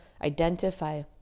identify